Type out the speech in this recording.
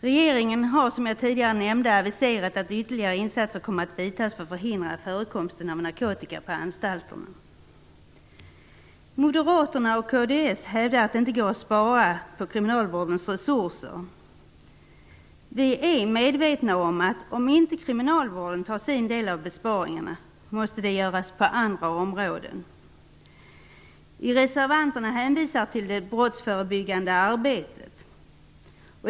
Regeringen har som jag tidigare nämnde aviserat att ytterligare åtgärder kommer att vidtas för att förhindra förekomsten av narkotika på anstalterna. Moderaterna och kds hävdar att det inte går att spara på kriminalvårdens resurser. Om man inte inom kriminalvården tar sin del av besparingarna måste det sparas på andra områden. Det är vi medvetna om. Reservanterna hänvisar till det brottsförebyggande arbetet.